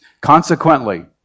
Consequently